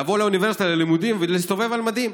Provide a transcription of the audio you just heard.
לבוא לאוניברסיטה ללימודים ולהסתובב על מדים,